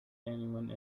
anyone